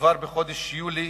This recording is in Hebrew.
כבר בחודש יולי